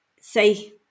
say